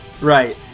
Right